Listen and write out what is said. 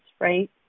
right